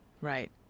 Right